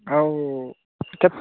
ଆଉ କେତେ ଥର